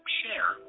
share